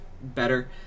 better